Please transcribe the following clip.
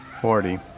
forty